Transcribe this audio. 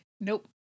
Nope